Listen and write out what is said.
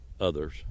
others